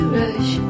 rush